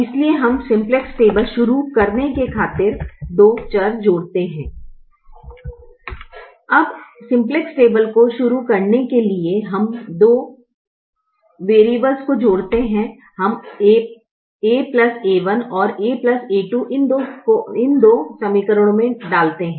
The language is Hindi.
अब केवल सिम्प्लेक्स टेबल को शुरू करने के लिए हम इन दो वेरिएबल्स को जोड़ते हैं हम a a1 और a a2 इन दो समीकरणों में डालते हैं